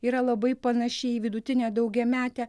yra labai panaši į vidutinę daugiametę